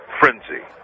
frenzy